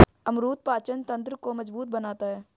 अमरूद पाचन तंत्र को मजबूत बनाता है